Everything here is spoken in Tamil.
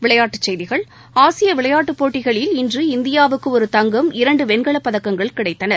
விளையாட்டுச் செய்திகள் ஆசியவிளையாட்டுபோட்டிகளில் இந்தியாவுக்குஒரு தங்கம் இரண்டுவெண்கலப்பதக்கங்கள் கிடைத்தன